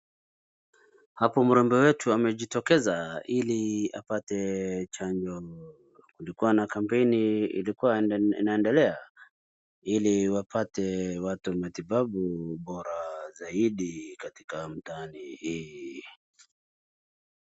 Hapo mrembo wetu amejitokeza ili apate chanjo. Kulikuwa na kampeini ilikuwa inaendelea ili wapatie watu wa matibabu bora zaidi katika mtaani hii.